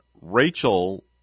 Rachel